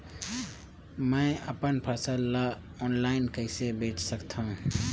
मैं अपन फसल ल ऑनलाइन कइसे बेच सकथव?